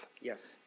Yes